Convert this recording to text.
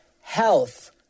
health